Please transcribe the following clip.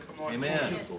Amen